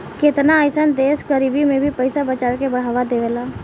केतना अइसन देश गरीबी में भी पइसा बचावे के बढ़ावा देवेला